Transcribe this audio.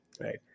right